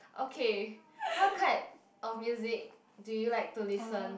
okay what kind of music do you like to listen